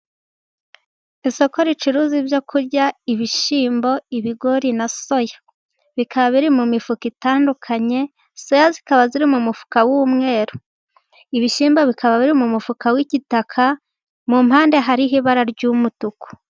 Isoko ricuruza ibyo kurya ibishyimbo, ibigori na soya. Bikaba biri mu mifuka itandukanye zisa, zikaba ziri mu mufuka w'umweru. Ibishyimbo bikaba biri mu mufuka w'igitaka mu mpande hariho ibara y'umutuku.